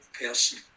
person